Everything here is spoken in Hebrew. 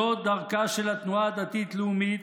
זאת דרכה של התנועה הדתית לאומית,